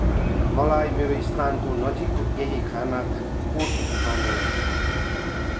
मलाई मेरो स्थानको नजिकको केही खाना कोर्ट देखाउनुहोस्